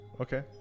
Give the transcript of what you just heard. Okay